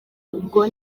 ngo